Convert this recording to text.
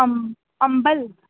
अम अम्बल